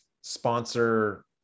sponsor